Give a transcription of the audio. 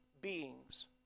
beings